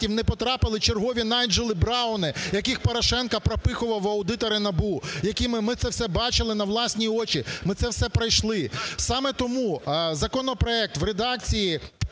не потрапили чергові "найджели брауни", яких Порошенко пропихував в аудитори НАБУ, ми це все бачили на власні очі, ми це все пройшли. Саме тому законопроект в редакції